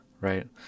right